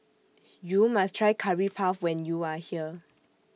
YOU must Try Curry Puff when YOU Are here